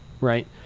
right